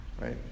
right